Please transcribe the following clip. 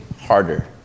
harder